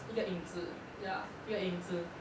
一个影子 ya 一个影子